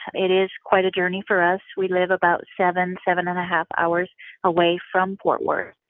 um it is quite a journey for us. we live about seven, seven and a half hours away from fort worth.